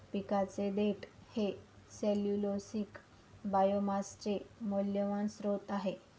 पिकाचे देठ हे सेल्यूलोसिक बायोमासचे मौल्यवान स्त्रोत आहे